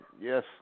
Yes